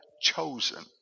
chosen